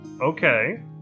Okay